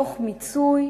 תוך מיצוי